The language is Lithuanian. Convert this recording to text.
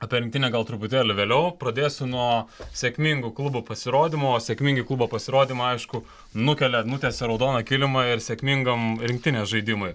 apie rinktinę gal truputėlį vėliau pradėsiu nuo sėkmingų klubo pasirodymo o sėkmingi klubo pasirodymą aišku nukelia nutiesia raudoną kilimą ir sėkmingam rinktinės žaidimui